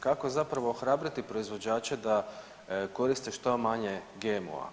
Kako zapravo ohrabriti proizvođače da koriste što manje GMO-a?